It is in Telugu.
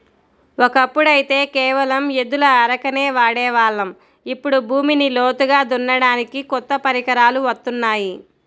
ఒకప్పుడైతే కేవలం ఎద్దుల అరకనే వాడే వాళ్ళం, ఇప్పుడు భూమిని లోతుగా దున్నడానికి కొత్త పరికరాలు వత్తున్నాయి